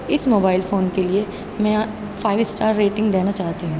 اِس mobile phone کے لیے میں فائیو اسٹار ریٹنگ دینا چاہتی ہوں